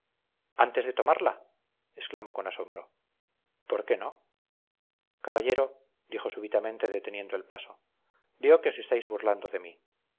antes de tomarla exclamó con asombro por qué no caballero dijo súbitamente deteniendo el paso veo que os estáis burlando de mí